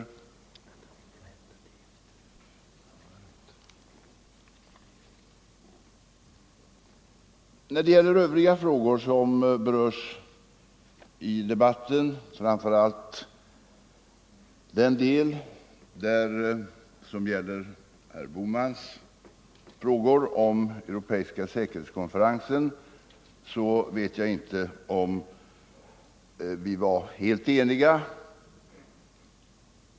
När det gäller övriga frågor som berörs i debatten — framför allt den del som gäller herr Bohmans frågor om den europeiska säkerhetskonferensen — vet jag inte om vi är helt eniga.